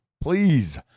Please